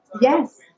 yes